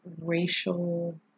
racial